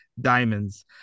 diamonds